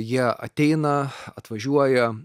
jie ateina atvažiuoja